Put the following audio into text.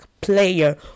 player